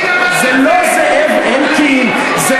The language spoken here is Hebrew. זאב אלקין אמר את זה,